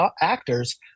actors